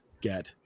get